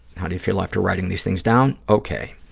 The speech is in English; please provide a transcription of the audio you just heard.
how do you feel after writing these things down? okay.